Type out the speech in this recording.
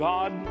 God